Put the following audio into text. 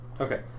Okay